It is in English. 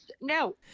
no